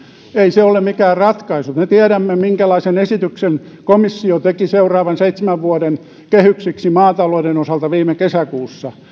ei se ole mikään ratkaisu me tiedämme minkälaisen esityksen komissio teki seuraavan seitsemän vuoden kehyksiksi maatalouden osalta viime kesäkuussa